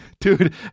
Dude